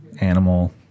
animal